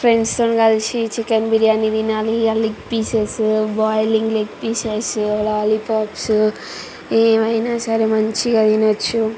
ఫ్రెండ్స్తో కలిసి చికెన్ బిర్యానీ తినాలి leg pieces boiling leg pieces lollipops ఏమయినా సరే మంచిగా తినచ్చు